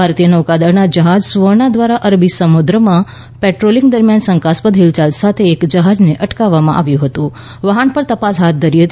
ભારતીય નૌકાદળના જહાજ સુવર્ણા દ્વારા અરબી સમુદ્રમાં પેટ્રોલિંગ દરમિયાન શંકાસ્પદ હિલચાલ સાથે એક જહાજને અટકાવવામાં આવ્યું હતું અને વહાણ પર તપાસ હાથ ધરી હતી